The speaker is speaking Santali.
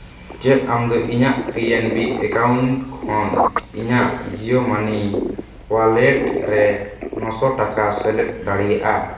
ᱪᱮᱫ ᱟᱢᱫᱚ ᱤᱧᱟᱹᱜ ᱯᱤᱱ ᱮᱱ ᱵᱤ ᱮᱠᱟᱣᱩᱱᱴ ᱠᱷᱚᱱ ᱠᱷᱚᱱ ᱤᱧᱟᱹᱜ ᱡᱤᱭᱳ ᱢᱟᱹᱱᱤ ᱳᱣᱟᱞᱮᱴ ᱨᱮ ᱱᱚᱥᱚ ᱴᱟᱠᱟ ᱥᱮᱞᱮᱫ ᱫᱟᱲᱮᱭᱟᱜᱼᱟ